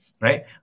right